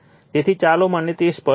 તેથી ચાલો મને તે સ્પષ્ટ કરવા દો